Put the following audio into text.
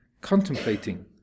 contemplating